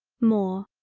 more.